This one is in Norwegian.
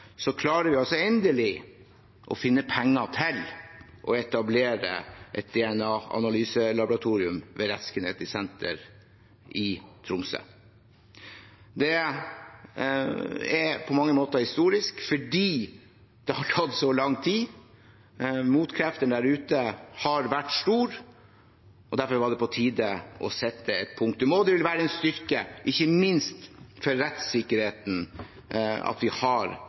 endelig klarer å finne penger til å etablere et DNA-analyselaboratorium ved Rettsgenetisk senter i Tromsø. Det er på mange måter historisk, fordi det har tatt så lang tid. Motkreftene der ute har vært sterke. Derfor var det på tide å sette et punktum. Det vil ikke minst være en styrke for rettssikkerheten at vi har